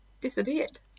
disappeared